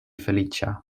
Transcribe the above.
feliĉa